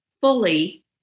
fully